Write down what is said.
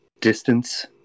distance